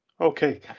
Okay